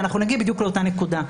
נגיע בדיוק לאותה נקודה.